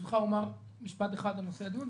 ברשותך אומר משפט אחד לנושא הדיון,